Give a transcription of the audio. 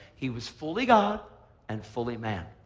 he was fully god and fully man,